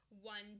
one